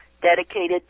dedicated